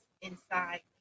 inside